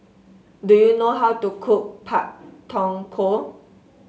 do you know how to cook Pak Thong Ko